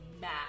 mad